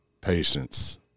Patience